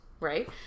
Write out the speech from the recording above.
right